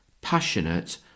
passionate